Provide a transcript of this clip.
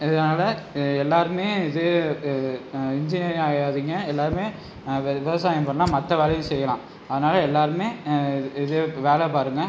இதனால எல்லோருமே இன்ஜினியர் ஆகிடாதிங்க எல்லோருமே விவசாயம் பண்ணிணா மற்ற வேலையும் செய்யலாம் அதனால் எல்லோருமே இது வேலை பாருங்கள்